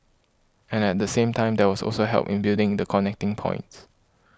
and at the same time there was also help in building the connecting points